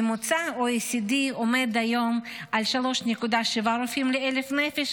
ממוצע ה-OECD עומד היום על 3.7 רופאים ל-1,000 נפש,